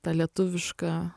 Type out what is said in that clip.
ta lietuviška